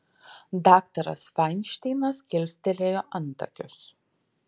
daktaras fainšteinas kilstelėjo antakius